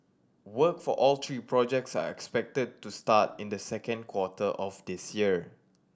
work for all three projects are expected to start in the second quarter of this year